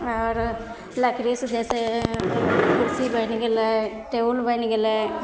आओर लकड़ी से जैसे कुर्सी बनि गेलै टेबुल बनि गेलै